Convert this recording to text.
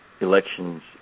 elections